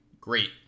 Great